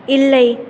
இல்லை